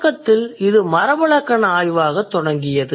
தொடக்கத்தில் இது மரபு இலக்கண ஆய்வாகத் தொடங்கியது